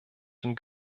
den